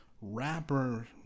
rapper